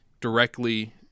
directly